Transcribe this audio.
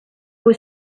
was